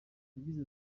yagize